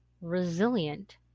resilient